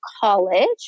college